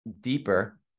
deeper